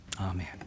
Amen